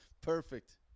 Perfect